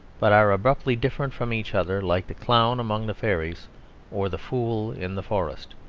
but are abruptly different from each other, like the clown among the fairies or the fool in the forest.